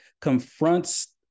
confronts